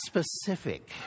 Specific